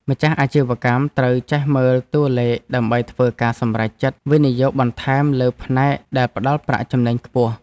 ម្ចាស់អាជីវកម្មត្រូវចេះមើលតួលេខដើម្បីធ្វើការសម្រេចចិត្តវិនិយោគបន្ថែមលើផ្នែកដែលផ្ដល់ប្រាក់ចំណេញខ្ពស់។